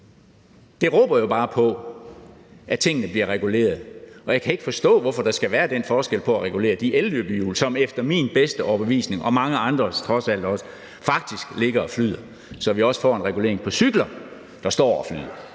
Det råber jo bare på, at tingene bliver reguleret, og jeg kan ikke forstå, hvorfor der skal være den forskel på at regulere de elløbehjul, som efter min bedste overbevisning – og trods alt også mange andres – faktisk ligger og flyder, og så cykler. Så kan vi også få en regulering af cykler, der står og flyder.